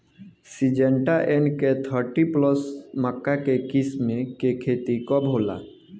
Syngenta N K thirty plus मक्का के किस्म के खेती कब होला?